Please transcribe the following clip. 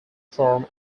from